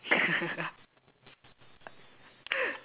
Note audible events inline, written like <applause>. <laughs>